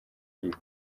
kwiga